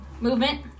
Movement